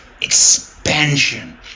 expansion